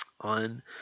On